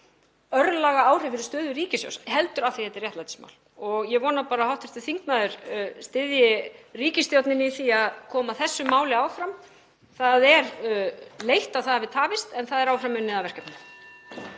það hafi örlagaáhrif fyrir stöðu ríkissjóðs heldur af því að þetta er réttlætismál. Ég vona bara að hv. þingmaður styðji ríkisstjórnina í því að koma þessu máli áfram. Það er leitt að það hafi tafist, en áfram er unnið að verkefninu.